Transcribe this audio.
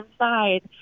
inside